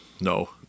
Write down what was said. No